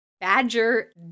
badger